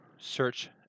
search